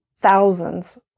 thousands